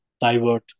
divert